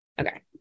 Okay